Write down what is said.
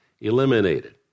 eliminated